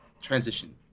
transition